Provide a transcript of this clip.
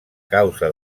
causa